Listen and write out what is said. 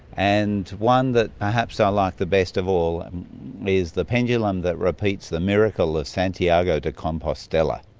and one that perhaps ah i like the best of all is the pendulum that repeats the miracle of santiago de compostela.